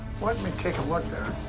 let me take a look there.